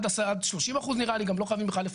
עד 30% נראה לי גם לא חייבים בכלל לפצות.